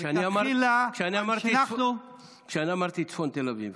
כשאני אמרתי צפון תל אביב,